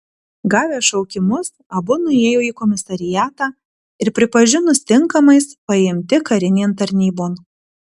gavę šaukimus abu nuėjo į komisariatą ir pripažinus tinkamais paimti karinėn tarnybon